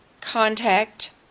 contact